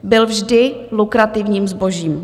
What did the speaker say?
Byl vždy lukrativním zbožím.